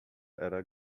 era